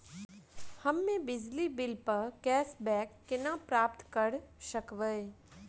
हम्मे बिजली बिल प कैशबैक केना प्राप्त करऽ सकबै?